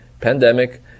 pandemic